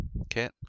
okay